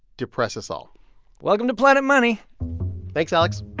depress us all welcome to planet money thanks, alex